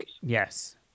yes